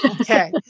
Okay